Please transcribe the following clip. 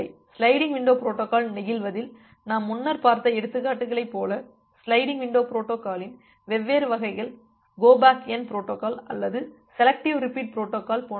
sliding window protocol நெகிழ்வதில் நாம் முன்னர் பார்த்த எடுத்துக்காட்டுகளைப் போல சிலைடிங் விண்டோ பொரோட்டோகாலின் வெவ்வேறு வகைகள் கோ பேக் என் பொரோட்டோகால் அல்லது செலெக்டிவ் ரிப்பீட் பொரோட்டோகால் போன்றவை